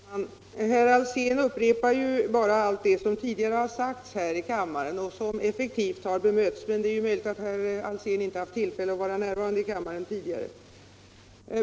Herr talman! Herr Alsén upprepar bara allt som tidigare har sagts här i kammaren och som effektivt har bemötts. Det är möjligt att herr Alsén inte har haft tillfälle att vara närvarande i kammaren tidigare.